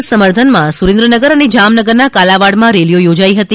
ના સમર્થમાં સુરેન્દ્રનગર અને જામનગરના કાલાવાડમાં રેલીઓ યોજાઈ હતી